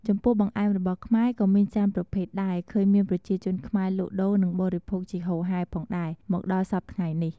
ចំពោះបង្អែមរបស់ខ្មែរក៏មានច្រើនប្រភេទដែលឃើញមានប្រជាជនខ្មែរលក់ដូរនិងបរិភោគជាហូរហែផងដែរមកដល់សព្វថ្ងៃនេះ។